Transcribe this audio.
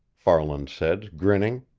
farland said, grinning.